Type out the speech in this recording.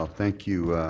ah thank you,